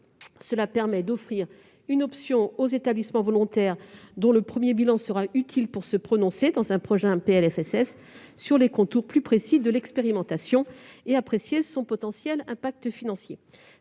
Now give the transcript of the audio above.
Cela permettra d'offrir une option aux établissements volontaires, dont le premier bilan sera utile pour se prononcer, dans un prochain PLFSS, sur les contours plus précis de l'expérimentation et d'apprécier son potentiel impact financier.